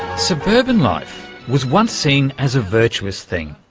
suburban life was once seen as a virtuous thing.